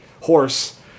horse